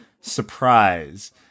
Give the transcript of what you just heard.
surprise